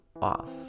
off